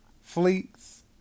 Fleets